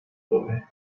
boy